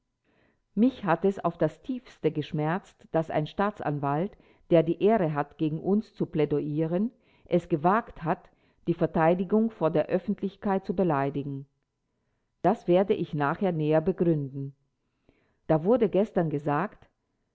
mich hat es auf das tiefste geschmerzt daß ein staatsanwalt der die ehre hat gegen uns zu plädieren ren es gewagt hat die verteidigung vor der öffentlichkeit zu beleidigen das werde ich nachher näher begründen da wurde gestern gesagt